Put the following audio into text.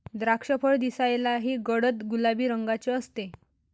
द्राक्षफळ दिसायलाही गडद गुलाबी रंगाचे असते